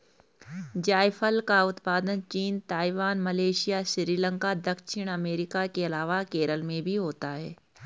जायफल का उत्पादन चीन, ताइवान, मलेशिया, श्रीलंका, दक्षिण अमेरिका के अलावा केरल में भी होता है